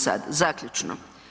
Sada zaključno.